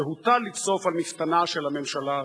שהוטל לבסוף על מפתנה של הממשלה הזאת.